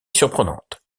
surprenante